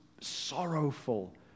sorrowful